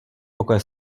pokoje